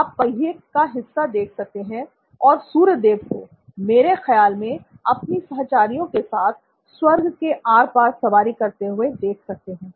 आप पहिए का हिस्सा देख सकते हैं और सूर्य देव को मेरे ख्याल में अपनी सहचारियो के साथ स्वर्ग के आर पार सवारी करते हुए देख सकते हैं